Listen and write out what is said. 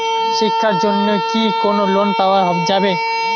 শিক্ষার জন্যে কি কোনো লোন পাওয়া যাবে?